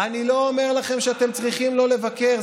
אני לא אומר לכם שאתם צריכים לא לבקר,